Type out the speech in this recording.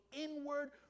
inward